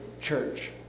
church